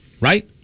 Right